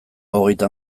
hogeita